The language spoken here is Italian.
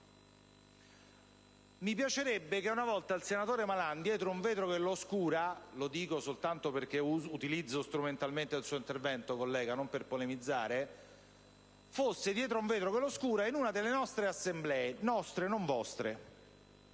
Mi piacerebbe che una volta il senatore Malan, dietro un vetro che lo oscura (lo richiamo soltanto perché utilizzo strumentalmente il suo intervento, collega, non per polemizzare), partecipasse ad una delle nostre assemblee (nostre, non vostre),